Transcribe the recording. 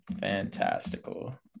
fantastical